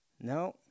No